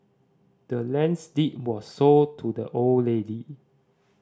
the land's deed was sold to the old lady